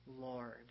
Lord